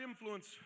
influence